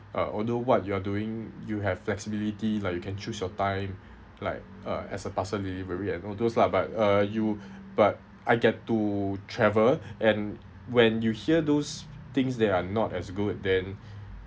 uh although what you are doing you have flexibility like you can choose your time like uh as a parcel delivery and all those lah but uh you but I get to travel and when you hear those things that are not as good then